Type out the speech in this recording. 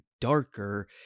darker